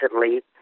recently